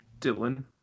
Dylan